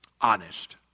honest